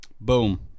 Boom